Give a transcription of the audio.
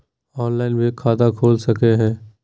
Online भी खाता खूल सके हय?